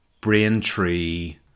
Braintree